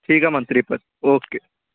ਠੀਕ ਹੈ ਮੰਤਰੀ ਪਰ ਓਕੇ